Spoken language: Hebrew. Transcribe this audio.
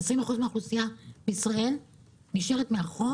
20% מן האוכלוסייה בישראל נשארת מאחור